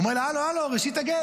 הוא אומר לה: הלו, הלו, ראשית הגז,